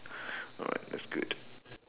alright that's good